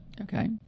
Okay